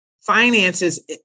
Finances